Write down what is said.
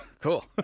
cool